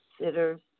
sitters